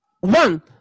one